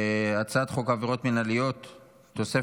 ההצעה להעביר את הצעת חוק העבירות המינהליות (תיקון,